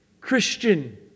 Christian